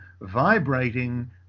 vibrating